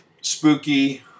spooky